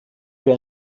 für